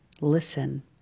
Listen